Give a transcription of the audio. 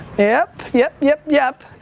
yep, yep, yep, yep.